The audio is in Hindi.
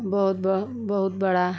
बहुत बा बहुत बड़ा